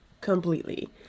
Completely